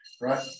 right